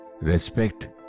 Respect